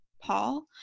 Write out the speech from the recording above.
Paul